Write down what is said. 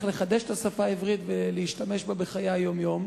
לחדש את השפה העברית ולהשתמש בה בחיי היום-יום.